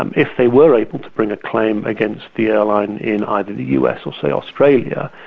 um if they were able to bring a claim against the airline in either the us or, say, australia,